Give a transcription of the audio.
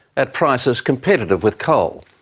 at prices competitive with coal.